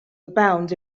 abound